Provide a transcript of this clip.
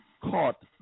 caught